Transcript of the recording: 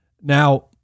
Now